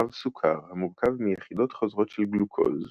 רב-סוכר המורכב מיחידות חוזרות של גלוקוז,